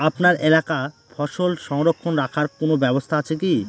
আপনার এলাকায় ফসল সংরক্ষণ রাখার কোন ব্যাবস্থা আছে কি?